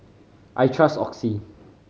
I trust Oxy